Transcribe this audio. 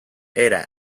era